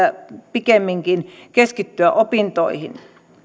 pikemminkin keskittyä opintoihin